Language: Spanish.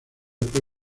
fue